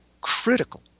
critical